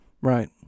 Right